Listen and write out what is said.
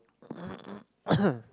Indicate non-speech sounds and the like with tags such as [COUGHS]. [COUGHS]